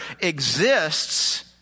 exists